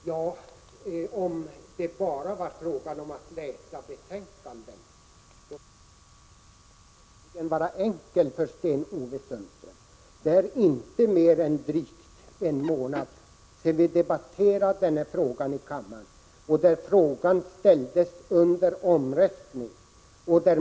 Herr talman! Om det bara var frågan om att läsa betänkanden, skulle det vara enkelt för Sten-Ove Sundström. Det är inte mer än drygt en månad sedan denna fråga debatterades i kammaren och ställdes under omröstning.